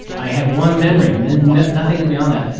i had one memory, um and nothing beyond that.